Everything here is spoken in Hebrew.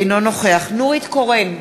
אינו נוכח נורית קורן,